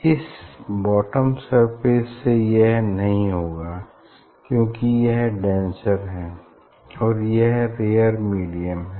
इस bottom surface से यह नहीं होगा क्यूंकि यह डेंसर है और यह रेयर मीडियम है